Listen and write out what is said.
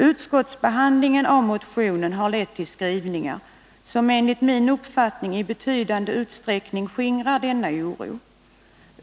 Utskottets behandling av motionen har lett till en skrivning, som enligt min uppfattning i betydande utsträckning skingrar denna oro.